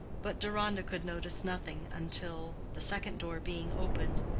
but deronda could notice nothing until, the second door being opened,